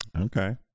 Okay